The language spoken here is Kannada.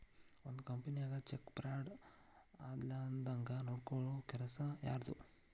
ಒಂದ್ ಕಂಪನಿನ್ಯಾಗ ಚೆಕ್ ಫ್ರಾಡ್ ಆಗ್ಲಾರ್ದಂಗ್ ನೊಡ್ಕೊಲ್ಲೊ ಕೆಲಸಾ ಯಾರ್ದು?